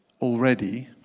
already